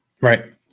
right